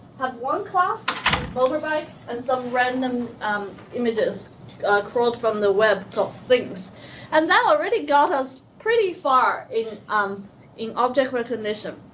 has one class with lower byte and some random images currently from the web got things and that already got us pretty far in um in object recognition.